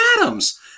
Adams